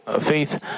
faith